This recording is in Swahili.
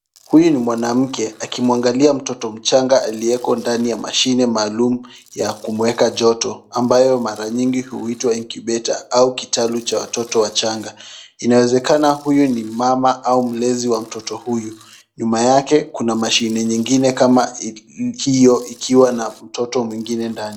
Huyu ni mwanamke akimwangalia mtoto mchanga aliyeko ndani ya mashine maalum ya kumuweka joto ambayo mara nyingi huitwa incubator au kitalu cha watoto wachanga. Inawezekana huyu ni mama au mlezi wa mtoto huyu. Nyuma yake kuna mashine nyingine kama hiyo ikiwa na mtoto mwingine ndani.